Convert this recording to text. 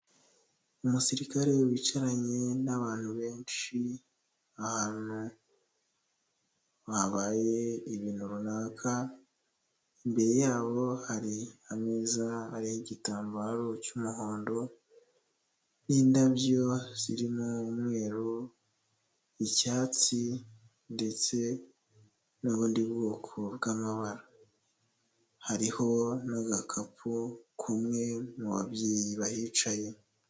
Umusirikare wicaranye n’abantu benshi ahantu habaye ibintu runaka, imbere yabo hari ameza ariho igitambaro cy’umuhondo n’indabyo zirimo umweru, icyatsi ndetse n’ubundi bwoko bw’amabara, hariho n'agakapu k'umwe mu babyeyi bahicaye.